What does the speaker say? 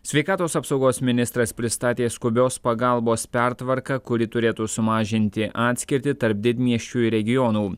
sveikatos apsaugos ministras pristatė skubios pagalbos pertvarką kuri turėtų sumažinti atskirtį tarp didmiesčių ir regionų